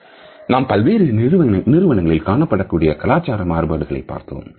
simple நாம் பல்வேறு நிறுவனங்களில் காணப்படக்கூடிய கலாச்சார மாறுபாடுகளை பார்த்தோம்